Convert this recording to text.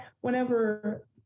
whenever